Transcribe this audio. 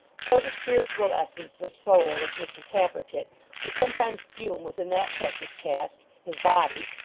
so the spiritual essence or soul of mr tappertit would sometimes fume within that precious cask, his body,